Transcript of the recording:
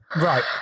Right